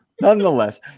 Nonetheless